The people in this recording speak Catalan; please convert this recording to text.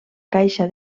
caixa